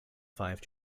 five